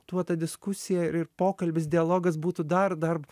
tuo ta diskusija ir pokalbis dialogas būtų dar dar